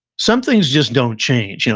some things just don't change,